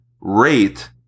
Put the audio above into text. rate